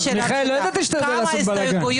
מיכאל, לא ידעתי שאתה יודע לעשות בלגן.